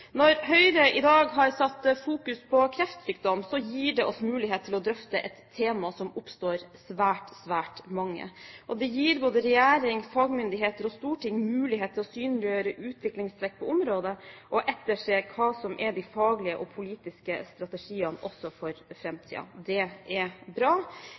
Når Høyre i dag har satt fokus på kreftsykdom, gir det oss mulighet til å drøfte et tema som opptar svært mange. Det gir både regjering, fagmyndigheter og storting mulighet til å synliggjøre utviklingstrekk på området og etterse hva som er de faglige og politiske strategiene også for framtiden. Det er bra.